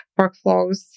workflows